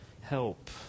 help